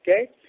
Okay